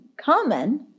common